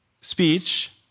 speech